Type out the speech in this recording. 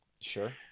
Sure